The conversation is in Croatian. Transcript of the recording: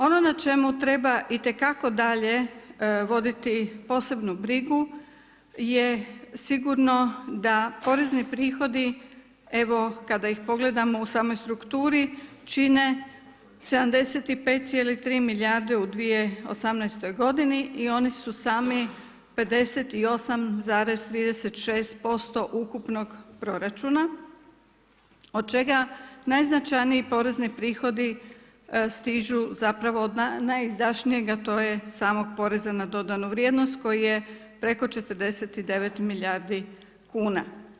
Ono na čemu treba itekako dalje voditi posebnu brigu je sigurno da porezni prihodi, evo kada ih pogledamo u samoj strukturi čine 75,3 milijarde u 2018. godini i oni su sami 58,36% ukupnog proračuna od čega najznačajniji porezni prihodi stižu zapravo od najizdašnijeg a to je samog poreza na dodanu vrijednost koji je preko 49 milijardi kuna.